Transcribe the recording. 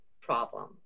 problem